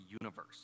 universe